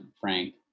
Frank